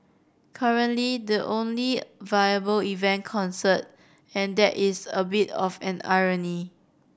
currently the only viable event concerts and that is a bit of an irony